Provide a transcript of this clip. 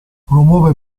promuove